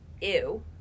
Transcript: ew